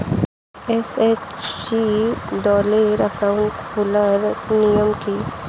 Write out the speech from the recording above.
SHG দলের account খোলার নিয়ম কী?